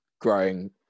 growing